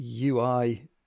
UI